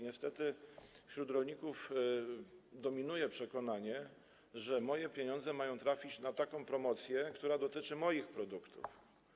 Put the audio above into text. Niestety wśród rolników dominuje przekonanie: moje pieniądze mają trafić na taką promocję, która dotyczy moich produktów.